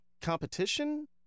competition